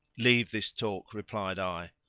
leave this talk, replied i.